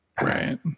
right